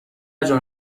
جان